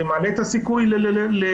זה מעלה את הסיכוי להדבקות,